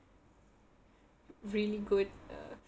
really good uh